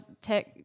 tech